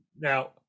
Now